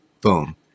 Boom